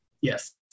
Yes